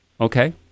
Okay